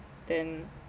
then